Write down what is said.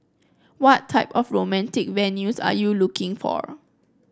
what type of romantic venues are you looking for